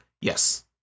Yes